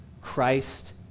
Christ